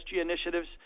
initiatives